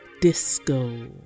Disco